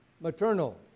maternal